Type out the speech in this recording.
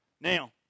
Now